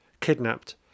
kidnapped